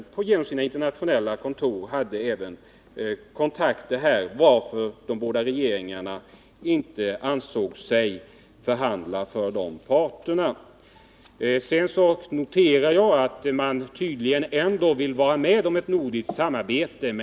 Även genom sina internationella kontor hade de tillgång till Nordsjöolja, varför de båda regeringarna inte ansåg sig behöva föra förhandlingar just för dessa parter. Sedan noterar jag att Anders Björck tydligen ändå vill vara med om ett nordiskt samarbete.